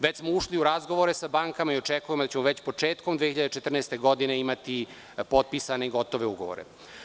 Već smo ušli u razgovore sa bankama i očekujemo da ćemo već početkom 2014. godine imati potpisane i gotove ugovore.